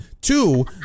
two